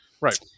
Right